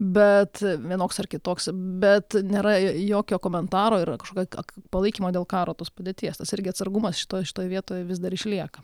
bet vienoks ar kitoks bet nėra jokio komentaro yra kažkokia palaikymo dėl karo tos padėties tas irgi atsargumas šitoj šitoj vietoj vis dar išlieka